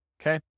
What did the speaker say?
okay